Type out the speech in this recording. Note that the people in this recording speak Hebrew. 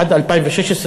עד 2016,